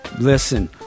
listen